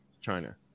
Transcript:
China